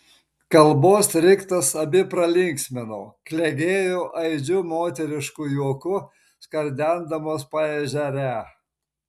kalbos riktas abi pralinksmino klegėjo aidžiu moterišku juoku skardendamos paežerę